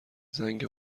زنگ